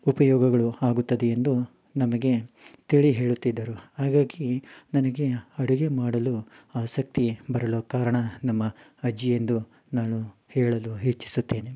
ಉಪಯೋಗಗಳು ಆಗುತ್ತದೆ ಎಂದು ನಮಗೆ ತಿಳಿಹೇಳುತ್ತಿದ್ದರು ಹಾಗಾಗಿ ನನಗೆ ಅಡುಗೆ ಮಾಡಲು ಆಸಕ್ತಿ ಬರಲು ಕಾರಣ ನಮ್ಮ ಅಜ್ಜಿ ಎಂದು ನಾನು ಹೇಳಲು ಇಚ್ಛಿಸುತ್ತೇನೆ